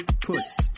Puss